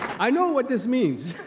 i know what this means,